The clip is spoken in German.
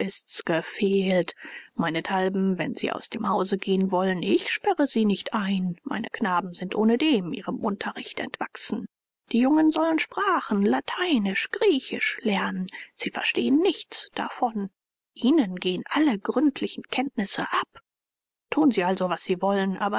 gefehlt meinethalben wenn sie aus dem hause gehen wollen ich sperre sie nicht ein meine knaben sind ohnedem ihrem unterricht entwachsen die jungen sollen sprachen lateinisch griechisch lernen sie verstehen nichts davon ihnen gehen alle gründlichen kenntnisse ab tun sie also was sie wollen